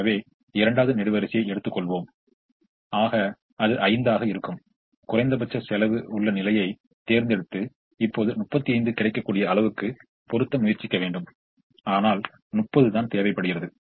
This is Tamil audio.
எனவே இரண்டாவது நெடுவரிசையை எடுத்துக் கொள்ளுவோம் ஆக அது 5 ஆக இருக்கும் குறைந்தபட்ச செலவு உள்ள நிலையை தேர்ந்து எடுத்து இப்போது 35 கிடைக்கக்கூடிய அளவுக்கு பொறுத்த முயற்சிக்க வேண்டும் ஆனால் 30 தான் தேவைப்படுகிறது